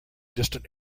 distant